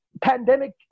pandemic